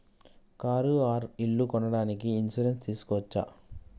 Car or ఇల్లు కొనడానికి insurance తీస్కోవచ్చా?